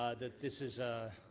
ah that this is